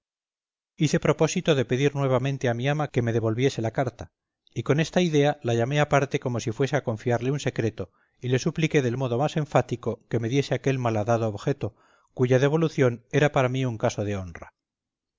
hice propósito de pedir nuevamente a mi ama que me devolviese la carta y con esta idea la llamé aparte como si fuese a confiarle un secreto y le supliqué del modo más enfático que me diese aquel malhadado objeto cuya devolución era para mí un caso de honra